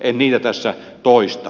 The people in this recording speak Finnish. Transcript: en niitä tässä toista